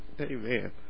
Amen